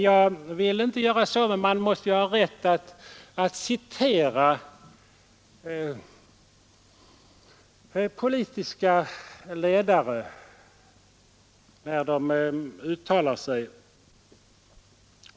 Jag vill inte tillämpa deras metod, men man måste ju ha rätt att citera politiska ledare, när de uttalar sig.